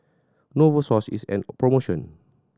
Novosource is on promotion